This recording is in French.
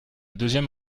deuxième